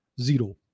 Zero